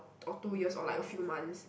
or two years or like a few months